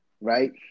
right